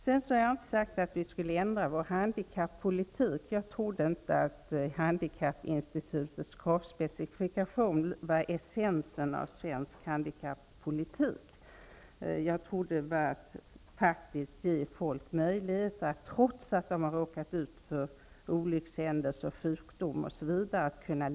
Jag har inte sagt att vi skulle ändra vår handikappolitik. Jag trodde inte att handikappinstitutets kravspecifikation var essensen av svensk handikappolitik. Jag trodde att handikappolitiken gick ut på att ge människor möjligheter att leva ett fullvärdigt liv, trots att de har råkat ut för olyckshändelser, sjukdom, osv.